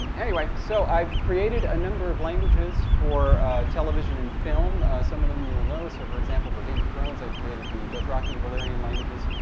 anyway, so i've created a number of languages for television and film. some of them, you'll know. so for example, for game of thrones, i created the dothraki and valyrian languages.